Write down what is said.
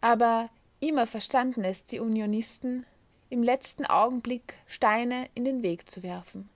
aber immer verstanden es die unionisten im letzten augenblick steine in den weg zu werfen